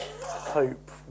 hope